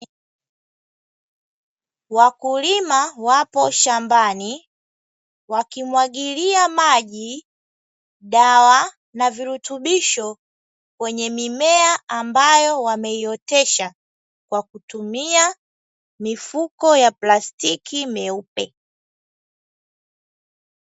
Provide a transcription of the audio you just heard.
Wakulima wapo shambani wakimwagilia maji, dawa na virutubisho kwenye mimea ambayo wameiotesha kwa kutumia mifuko ya plastiki meupe.